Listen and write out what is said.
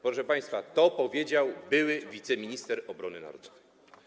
Proszę państwa, to powiedział były wiceminister obrony narodowej.